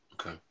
Okay